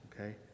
okay